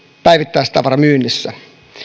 päivittäistavaramyynnissä